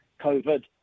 COVID